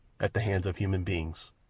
at the hands of human beings.